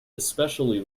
especially